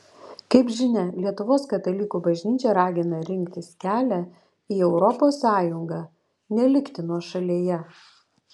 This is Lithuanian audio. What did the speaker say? kaip žinia lietuvos katalikų bažnyčia ragina rinktis kelią į europos sąjungą nelikti nuošalėje